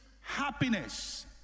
happiness